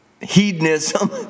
hedonism